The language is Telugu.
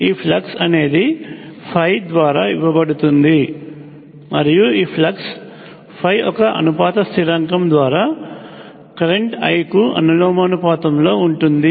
ఈ ఫ్లక్స్ అనేది ø ద్వారా ఇవ్వబడుతుంది మరియు ఫ్లక్స్ ø ఒక అనుపాత స్థిరాంకం ద్వారా కరెంట్ I కు అనులోమానుపాతంలో ఉంటుంది